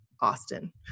Austin